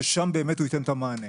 ששם באמת הוא ייתן את המענה.